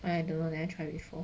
I don't know never try before